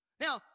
Now